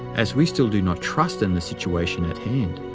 as we still do not trust in the situation at hand.